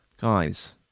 Guys